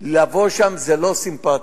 לבוא לשם זה לא סימפתי,